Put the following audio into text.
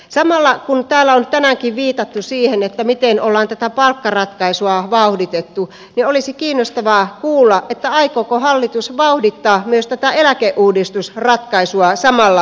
samalla kun täällä on tänäänkin viitattu siihen miten ollaan tätä palkkaratkaisua vauhditettu olisi kiinnostavaa kuulla aikooko hallitus vauhdittaa myös tätä eläkeuudistusratkaisua samalla tavalla